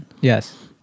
Yes